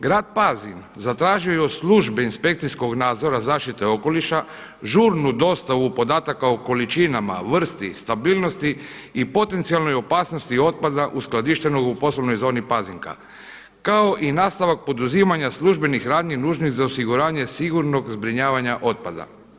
Grad Pazin zatražio je od službe inspekcijskog nadzora zaštite okoliša žurnu dostavu podataka o količinama, vrsti, stabilnosti i potencijalnoj opasnosti otpada uskladištenog u poslovnoj zoni Pazinka kao i nastavak poduzimanja službenih radnji nužnih za osiguranje sigurnog zbrinjavanja otpada.